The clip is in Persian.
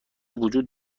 وجود